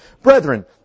Brethren